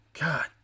God